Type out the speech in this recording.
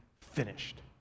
finished